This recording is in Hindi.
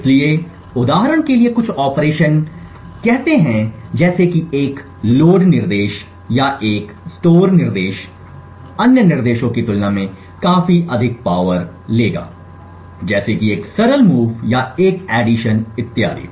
इसलिए उदाहरण के लिए कुछ ऑपरेशन कहते हैं जैसे कि एक लोड निर्देश या एक स्टोर निर्देश अन्य निर्देशों की तुलना में काफी अधिक पावर लेगा जैसे कि एक सरल मूव या एक एडिशन इत्यादि